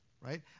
right